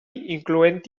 incloent